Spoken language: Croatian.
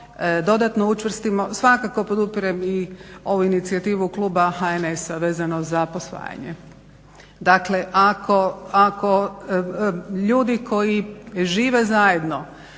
dodatno učvrstimo, svakako podupirem i ovu inicijativu kluba HNS-a vezano za posvajanje. Dakle ako ljudi koji žive zajedno,